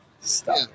Stop